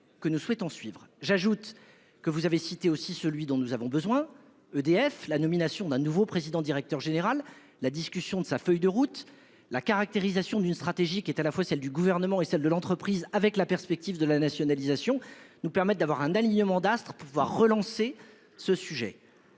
que nous souhaitons suivre. J'ajoute que vous avez cité aussi celui dont nous avons besoin EDF la nomination d'un nouveau président directeur général la discussion de sa feuille de route la caractérisation d'une stratégie qui est à la fois celle du gouvernement et celle de l'entreprise avec la perspective de la nationalisation nous permettent d'avoir un alignement d'astres pouvoir relancer ce sujet.